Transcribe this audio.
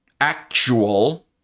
actual